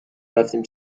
رفتیم